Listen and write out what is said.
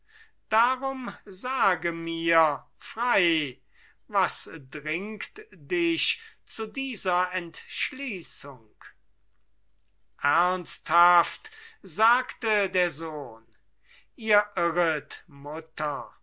darum sage mir frei was dringt dich zu dieser entschließung ernsthaft sagte der sohn ihr irret mutter